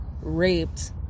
raped